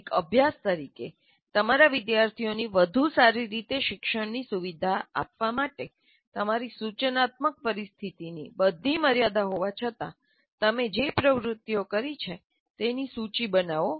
એક અભ્યાસ તરીકે તમારા વિદ્યાર્થીઓની વધુ સારી રીતે શિક્ષણની સુવિધા આપવા માટે તમારી સૂચનાત્મક પરિસ્થિતિની બધી મર્યાદાઓ હોવા છતાં તમે જે પ્રવૃત્તિઓ કરી છે તેની સૂચિ બનાવો